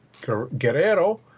Guerrero